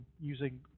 using